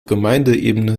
gemeindeebene